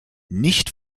nicht